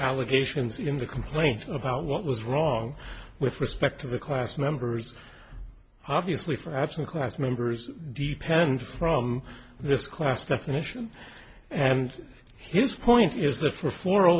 allegations in the complaint about what was wrong with respect to the class members obviously for action class members depends from this class definition and his point is that for for a